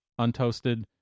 Untoasted